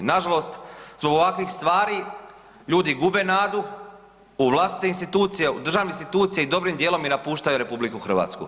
Nažalost zbog ovakvih stvari ljudi gube nadu u vlastite institucije u državne institucije i dobrim dijelom i napuštaju RH.